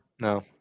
No